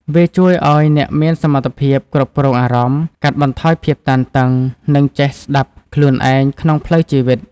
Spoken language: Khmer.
វាជួយអោយអ្នកមានសមត្ថភាពគ្រប់គ្រងអារម្មណ៍ កាត់បន្ថយភាពតានតឹង និងចេះស្ដាប់ខ្លួនឯងក្នុងផ្លូវជីវិត។